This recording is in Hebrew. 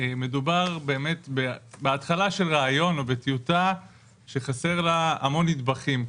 מדובר בהתחלה של רעיון או בטיוטה שחסר לה המון נדבכים.